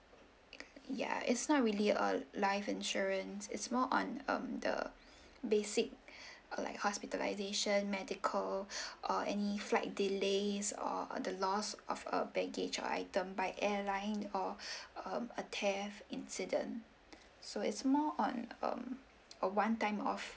ya it's not really a life insurance it's more on um the basic uh like hospitalisation medical or any flight delays or the loss of a baggage or item by airline or um a theft incident so it's more on um a one time off